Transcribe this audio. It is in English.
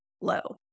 low